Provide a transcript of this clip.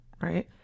right